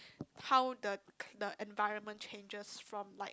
how the the environment changes from like